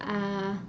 uh